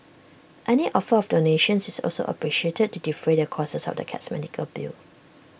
any offer of donations is also appreciated to defray the costs of the cat's medical bill